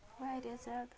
وارِیاہ زیادٕ